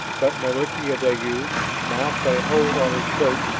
but nalik'ideyu mouthed a hold on his shirt,